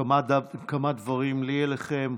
כמה דברים לי אליכם.